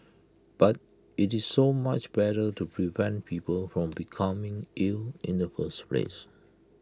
but IT is so much better to prevent people from becoming ill in the first place